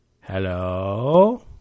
Hello